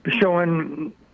showing